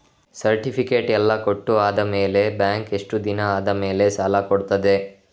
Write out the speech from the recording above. Certificate ಎಲ್ಲಾ ಕೊಟ್ಟು ಆದಮೇಲೆ ಬ್ಯಾಂಕ್ ಎಷ್ಟು ದಿನ ಆದಮೇಲೆ ಸಾಲ ಕೊಡ್ತದೆ?